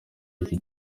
iki